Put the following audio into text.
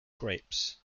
grapes